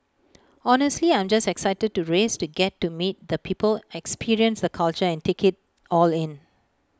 honestly I'm just excited to race to get to meet the people experience the culture and take IT all in